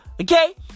Okay